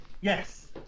Yes